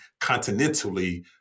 continentally